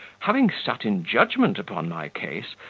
having sat in judgment upon my case,